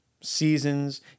Seasons